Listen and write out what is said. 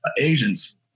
agents